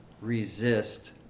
resist